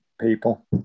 people